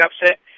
upset